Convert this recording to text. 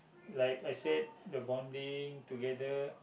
like I said the bonding together